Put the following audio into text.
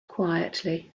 quietly